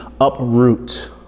uproot